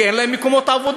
כי אין להם מקומות עבודה.